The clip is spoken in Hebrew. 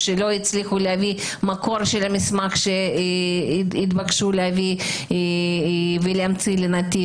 או לא הצליחו להביא מקור של המסמך שהתבקשו להמציא לנתיב.